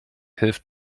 hilft